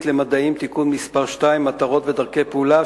למדעים (תיקון מס' 2) (מטרות ודרכי פעולה),